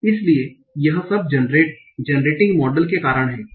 इसलिए यह सब जनरटिंग मॉडल के कारण है